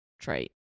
trait